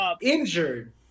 injured